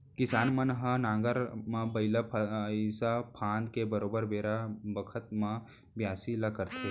किसान मन ह नांगर म बइला भईंसा फांद के बरोबर बेरा बखत म बियासी ल करथे